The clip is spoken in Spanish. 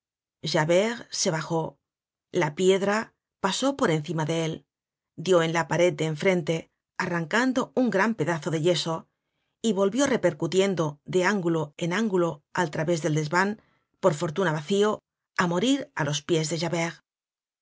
furia javert se bajó la piedra pasó por encima de él dió en la pared de en frente arrancando un gran pedazo de yeso y volvió repercutiendo de ángulo en ángulo al través del desvan por fortuna vacío á morir á los pies de javert